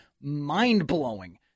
mind-blowing